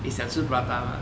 eh 想吃 prata mah